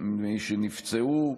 מי שנפצעו,